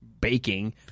Baking